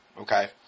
Okay